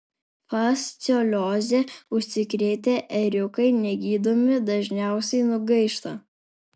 fasciolioze užsikrėtę ėriukai negydomi dažniausiai nugaišta